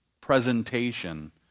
presentation